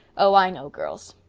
oh, i know girls!